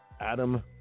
Adam